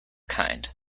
kind